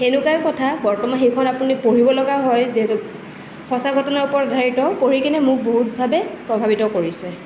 এনেকুৱাই কথা বৰ্তমান সেইখন আপুনি পঢ়িবলগা হয় যিহেতুকে সঁচা ঘটনাৰ ওপৰত আধাৰিত পঢ়ি কিনি মোক বহুতভাৱে প্ৰভাৱিত কৰিছে